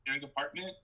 department